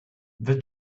the